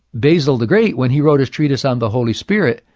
basil the great, when he wrote his treatise, on the holy spirit,